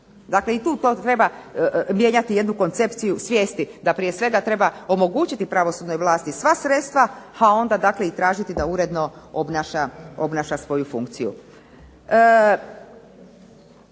Dakle, i tu to treba mijenjati jednu koncepciju svijesti da prije svega treba omogućiti pravosudnoj vlasti sva sredstva, a onda dakle i tražiti da uredno obnaša svoju funkciju.